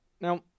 Now